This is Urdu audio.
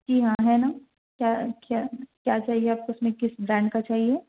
جی ہاں ہے نا کیا کیا کیا چاہیے آپ کو اس میں کس برانڈ کا چاہیے